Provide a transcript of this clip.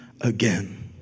again